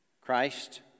Christ